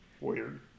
weird